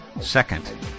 second